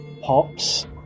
pops